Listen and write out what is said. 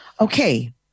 Okay